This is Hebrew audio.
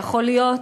יכול להיות,